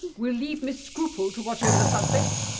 we'll leave miss scruple to watch over the suspects.